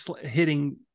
hitting